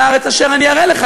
אל הארץ אשר אני אראה לך,